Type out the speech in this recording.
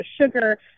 sugar